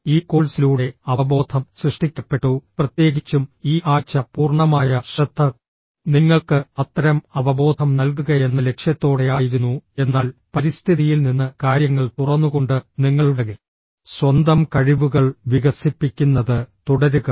ഈ കോഴ്സിലൂടെ അവബോധം സൃഷ്ടിക്കപ്പെട്ടു പ്രത്യേകിച്ചും ഈ ആഴ്ച പൂർണ്ണമായ ശ്രദ്ധ നിങ്ങൾക്ക് അത്തരം അവബോധം നൽകുകയെന്ന ലക്ഷ്യത്തോടെയായിരുന്നു എന്നാൽ പരിസ്ഥിതിയിൽ നിന്ന് കാര്യങ്ങൾ തുറന്നുകൊണ്ട് നിങ്ങളുടെ സ്വന്തം കഴിവുകൾ വികസിപ്പിക്കുന്നത് തുടരുക